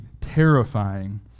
terrifying